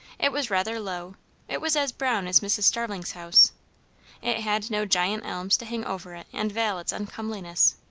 it was rather low it was as brown as mrs. starling's house it had no giant elms to hang over it and veil its uncomelinesses.